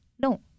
no